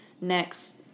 next